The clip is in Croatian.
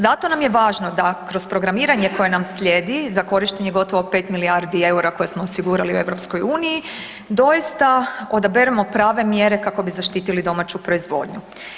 Zato nam je važno da kroz programiranje koje nam slijedi za korištenje gotovo pet milijardi eura koje smo osigurali u EU, doista odaberemo prave mjere kako bi zaštitili domaću proizvodnju.